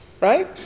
right